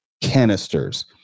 canisters